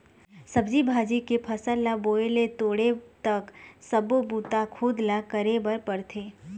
सब्जी भाजी के फसल ल बोए ले तोड़े तक सब्बो बूता खुद ल करे बर परथे